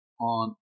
on